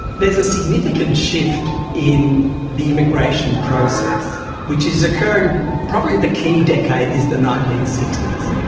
there is a significant shift in the immigration process which is occurring, probably the key decade is the nineteen sixty s.